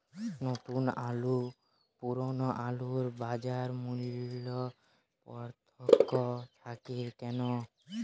নতুন আলু ও পুরনো আলুর বাজার মূল্যে পার্থক্য থাকে কেন?